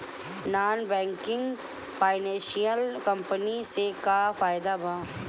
Non banking financial company से का फायदा बा?